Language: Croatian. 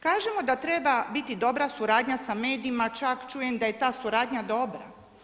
Kažemo da treba biti dobra suradnja sa medijima, čak čujem da je ta suradnja dobra.